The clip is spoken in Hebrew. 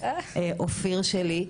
אופיר שלי,